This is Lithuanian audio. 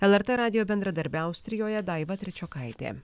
lrt radijo bendradarbė austrijoje daiva trečiokaitė